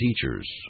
teachers